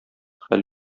хәл